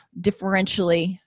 differentially